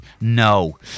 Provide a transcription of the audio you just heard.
no